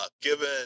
Given